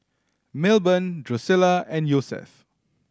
Milburn Drusilla and Josef